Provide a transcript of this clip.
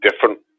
different